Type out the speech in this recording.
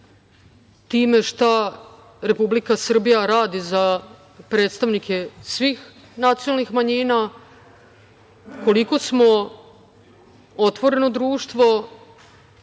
time šta Republike Srbije radi za predstavnike svih nacionalnih manjina, koliko smo otvoreno društvo